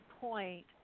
point